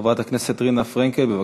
חברת הכנסת רינה פרנקל, בבקשה.